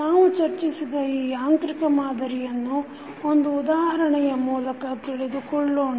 ನಾವು ಚರ್ಚಿಸಿದ ಈ ಯಾಂತ್ರಿಕ ಮಾದರಿಯನ್ನು ಒಂದು ಉದಾಹರಣೆಯ ಮೂಲಕ ತಿಳಿದುಕೊಳ್ಳೋಣ